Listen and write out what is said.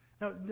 Now